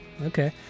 Okay